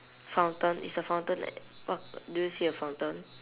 fountain it's a fountain eh wha~ do you see a fountain